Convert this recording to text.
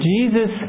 Jesus